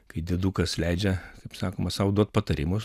kai diedukas leidžia kaip sakoma sau duot patarimus